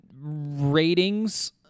ratings